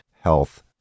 health